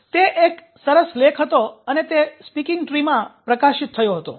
તે એક સરસ લેખ હતો અને તે 'સ્પીકિંગ ટ્રી' માં પ્રકાશિત થયો હતો